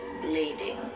bleeding